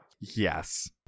Yes